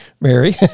Mary